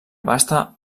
abasta